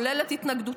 כולל את התנגדותם,